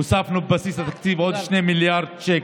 הוספנו לבסיס התקציב עוד 2 מיליארד שקל.